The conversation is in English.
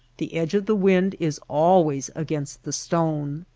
the edge of the wind is always against the stone.